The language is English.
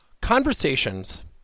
Conversations